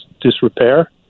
disrepair